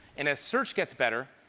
and as search gets better,